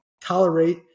tolerate